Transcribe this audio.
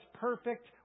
perfect